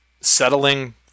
settling